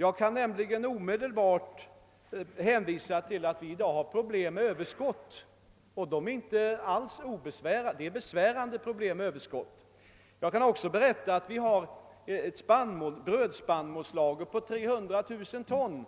Jag kan nämligen omedelbart hänvisa till att vi i dag har besvärande problem med överskott. Jag kan också berätta att vi har ett brödspannmålslager på 300 000 ton.